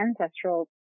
ancestral